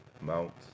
Mount